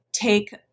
take